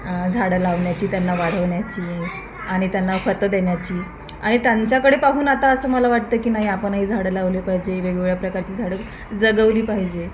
झाडं लावण्याची त्यांना वाढवण्याची आणि त्यांना खतं देण्याची आणि त्यांच्याकडे पाहून आता असं मला वाटतं की नाही आपणही झाडं लावली पाहिजे वेगवेगळ्या प्रकारची झाडं जगवली पाहिजे